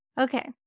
Okay